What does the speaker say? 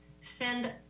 send